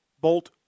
bolt